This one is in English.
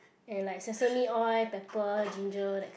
and like sesame oil pepper ginger that kind